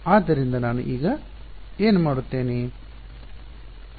ಆದ್ದರಿಂದ ನಾನು ಈಗ ಏನು ಮಾಡುತ್ತೇನೆ